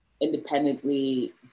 independently